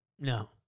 No